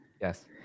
Yes